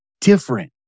different